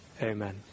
Amen